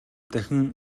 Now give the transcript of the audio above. дахин